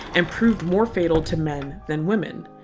and proved more fatal to men than women.